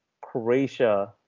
Croatia